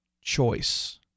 choice